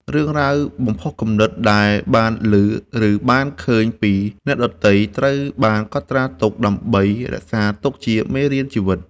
រឿងរ៉ាវបំផុសគំនិតដែលបានឮ ឬបានឃើញពីអ្នកដទៃ ត្រូវបានកត់ត្រាទុកដើម្បីរក្សាទុកជាមេរៀនជីវិត។